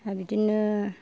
दा बिदिनो